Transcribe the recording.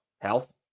health